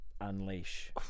unleash